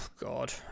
God